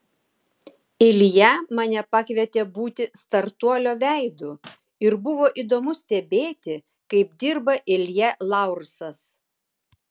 ilja mane pakvietė būti startuolio veidu ir buvo įdomu stebėti kaip dirba ilja laursas